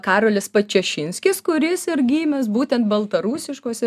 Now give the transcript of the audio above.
karolis pačašinskis kuris ir gimęs būtent baltarusiškose